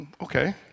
Okay